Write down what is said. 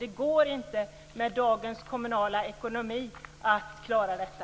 Det går inte, med dagens kommunala ekonomi, att klara detta.